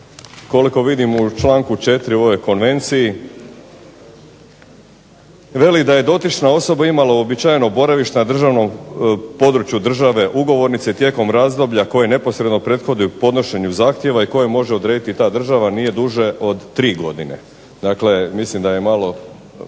koliko vidim u članku 4. u ovoj konvenciji veli da je dotična osoba imala uobičajeno boravište na području države ugovornice tijekom razdoblja koje neposredno prethodi podnošenju zahtjeva i koje može odrediti ta država nije duže od tri godine. Dakle, mislim da je malo